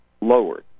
lowered